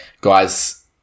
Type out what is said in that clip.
Guys